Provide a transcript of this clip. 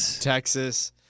Texas